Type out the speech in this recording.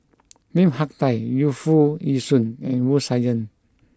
Lim Hak Tai Yu Foo Yee Shoon and Wu Tsai Yen